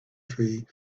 tree